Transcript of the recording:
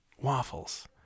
waffles